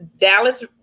Dallas